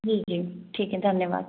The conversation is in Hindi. जी जी ठीक है धन्यवाद